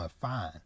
fine